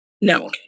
No